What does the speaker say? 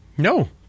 No